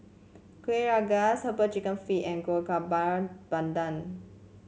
Kuih Rengas herbal chicken feet and Kuih Bakar Pandan